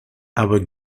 our